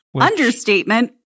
Understatement